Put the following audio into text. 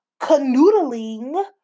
canoodling